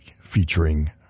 featuring